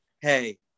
Hey